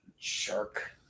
Shark